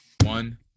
One